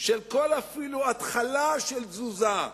של כל אפילו התחלה של תזוזה,